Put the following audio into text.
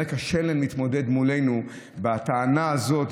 נראה שקשה להם למתמודד מולנו עם הטענה הזאת,